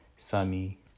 Sammy